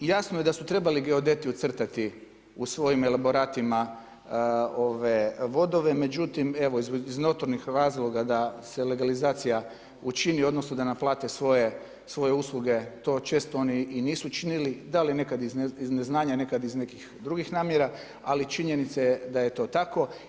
Jasno je da su trebali geodeti ucrtati u svojim elaboratima vodove, međutim, iz notornih razloga da se legalizacija učini, odnosno da naplate svoje usluge to često oni nisu činili, da li nekad iz neznanja, nekad iz nekih drugih namjera, ali činjenica je da je to tako.